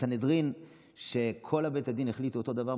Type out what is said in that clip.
סנהדרין של בית הדין החליט אותו דבר,